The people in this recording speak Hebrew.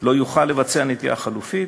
לא ניתן לבצע נטיעה חלופית,